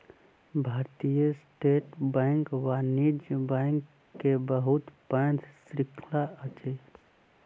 भारतीय state bank वाणिज्य bank के बहुत पैघ श्रृंखला अछि